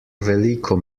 veliko